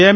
એમ